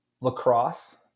lacrosse